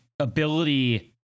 ability